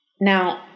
Now